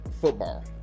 football